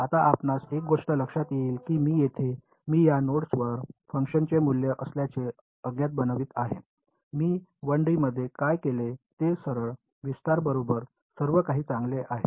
आता आपणास एक गोष्ट लक्षात येईल की येथे मी या नोड्सवर फंक्शनचे मूल्य असल्याचे अज्ञात बनवित आहे मी 1 डी मध्ये काय केले ते सरळ विस्तार बरोबर सर्व काही चांगले आहे